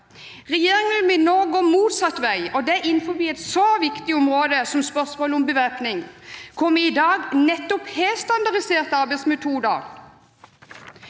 Regjeringen vil nå gå motsatt vei – og det innenfor et så viktig område som spørsmålet om bevæpning, hvor vi i dag har nettopp standardiserte arbeidsmetoder.